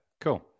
cool